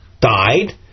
died